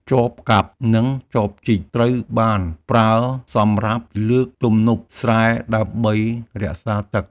ចបកាប់ និងចបជីក ត្រូវបានប្រើសម្រាប់លើកទំនប់ស្រែដើម្បីរក្សាទឹក។